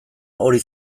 hori